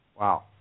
Wow